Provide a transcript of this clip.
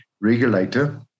regulator